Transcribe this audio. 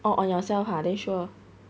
oh on yourself ah then sure